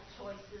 choices